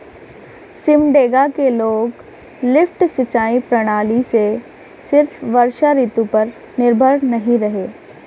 सिमडेगा के लोग लिफ्ट सिंचाई प्रणाली से सिर्फ वर्षा ऋतु पर निर्भर नहीं रहे